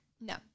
No